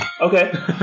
Okay